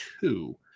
two